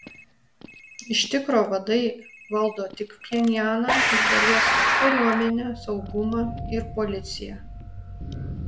iš tikro vadai valdo tik pchenjaną iš dalies kariuomenę saugumą ir policiją